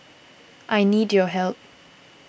I need your help